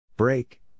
Break